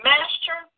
Master